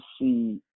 see